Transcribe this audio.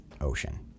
ocean